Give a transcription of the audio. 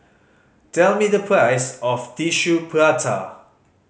tell me the price of Tissue Prata